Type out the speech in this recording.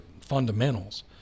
fundamentals